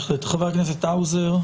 חבר הכנסת האוזר.